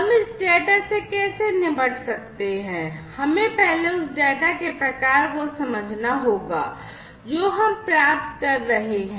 हम इस डेटा से कैसे निपट सकते हैं हमें पहले उस डेटा के प्रकार को समझना होगा जो हम प्राप्त कर रहे हैं